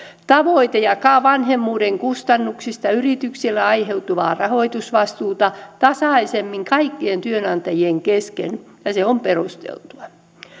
tavoite jakaa vanhemmuuden kustannuksista yrityksille aiheutuvaa rahoitusvastuuta tasaisemmin kaikkien työnantajien kesken ja se on perusteltua